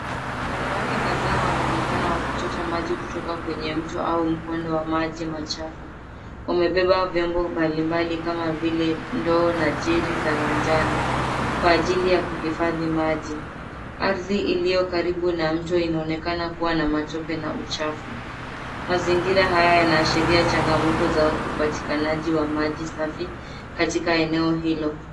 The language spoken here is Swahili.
Wanawake kadhaa wanaonekana wakichota maji kutoka kwenye mto au mkondo wa maji machafu. Wanatutumia vyombo mbalimbali kama vile ndoo na makopo makubwa ya manjano kujaza maji. Ardhi iliyo karibu na mto. inaonekana kuwa na matope na uchafu. Mazingira haya yanaonyesha changamoto za upatikanaji wa maji safi katika eneo hilo.